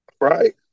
right